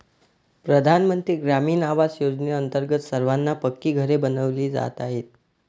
प्रधानमंत्री ग्रामीण आवास योजनेअंतर्गत सर्वांना पक्की घरे बनविली जात आहेत